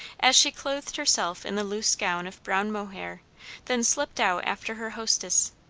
as she clothed herself in the loose gown of brown mohair then slipped out after her hostess.